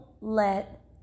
let